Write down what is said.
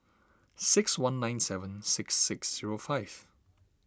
six one nine seven six six zero five